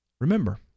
Remember